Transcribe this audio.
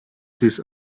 these